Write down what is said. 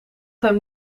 hem